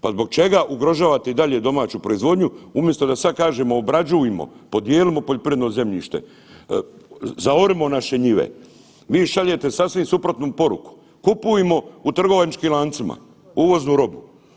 Pa zbog čega ugrožavate i dalje domaću proizvodnju umjesto da sad kažemo obrađujmo, podijelimo poljoprivredno zemljište, zaorimo naše njive, vi šaljete sasvim suprotnu poruku, kupujmo u trgovačkim lancima uvoznu robu.